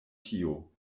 tio